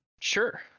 Sure